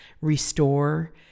restore